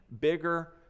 bigger